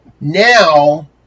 now